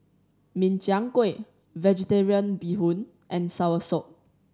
Min Chiang Kueh Vegetarian Bee Hoon and soursop